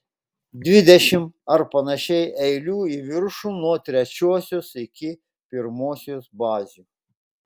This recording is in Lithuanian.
dvidešimt ar panašiai eilių į viršų nuo trečiosios iki pirmosios bazių